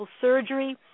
surgery